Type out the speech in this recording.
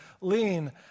lean